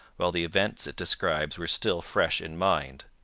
while the events it describes were still fresh in mind.